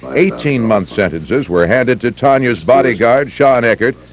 ah eighteen month sentences were handed to tanya's bodyguard shawn eckhardt,